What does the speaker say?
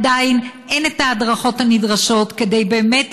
עדיין אין את ההדרכות הנדרשות כדי באמת